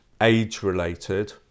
age-related